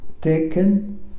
taken